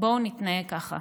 בואו נתנהג ככה,